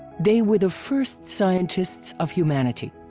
they were the first scientists of humanity.